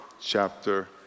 chapter